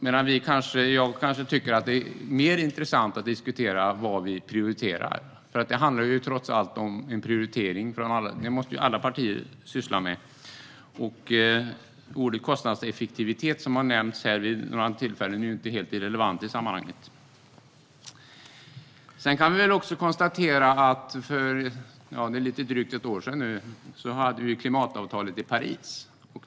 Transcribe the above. Jag tycker kanske att det vore mer intressant att diskutera vad vi prioriterar. Det handlar nämligen, trots allt, om prioritering. Det måste alla partier syssla med, och ordet "kostnadseffektivitet", som har nämnts här vid några tillfällen, är inte helt irrelevant i sammanhanget. Vi kan också konstatera att vi för lite drygt ett år sedan fick klimatavtalet i Paris.